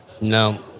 No